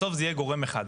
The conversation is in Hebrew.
בסוף זה יהיה גורם אחד.